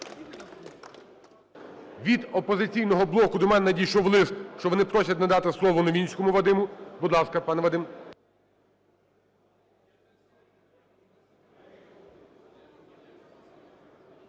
Від "Опозиційного блоку" до мене надійшов лист, що вони просять надати слово Новинському Вадиму. Будь ласка, пане Вадим.